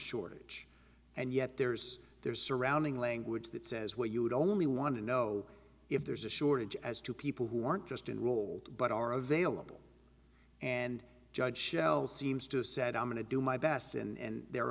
shortage and yet there's there's surrounding language that says well you would only want to know if there's a shortage as to people who aren't just enroll but are available and judge shell seems to have said i'm going to do my best and they're